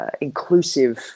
inclusive